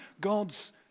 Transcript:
God's